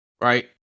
Right